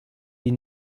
die